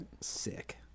Sick